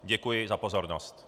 Děkuji za pozornost.